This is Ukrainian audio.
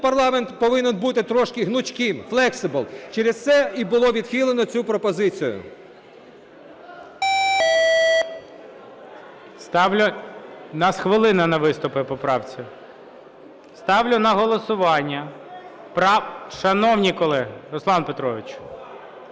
парламент повинен бути трошки гнучким, flexible, через це і було відхилено цю пропозицію. ГОЛОВУЮЧИЙ. Ставлю... В нас хвилина на виступи по правці. Ставлю на голосування... Шановні колеги, Руслан Петрович!